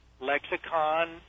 lexicon